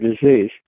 disease